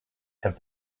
have